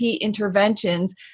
interventions